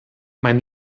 mein